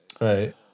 Right